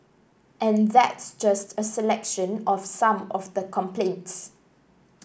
and that's just a selection of some of the complaints